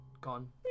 gone